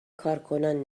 کارکنان